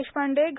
देशपांडे ग